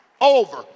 over